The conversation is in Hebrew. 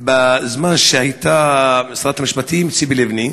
בשנת 2014, בזמן שרת המשפטים ציפי לבני,